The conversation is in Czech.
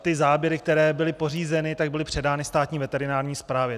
Ty záběry, které byly pořízeny, byly předány Státní veterinární správě.